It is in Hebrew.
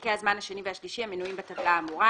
פרקי הזמן השני והשלישי המנויים בטבלה האמורה,